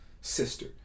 sister